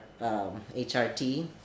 HRT